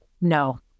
No